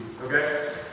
Okay